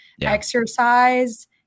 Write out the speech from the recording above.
Exercise